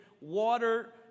water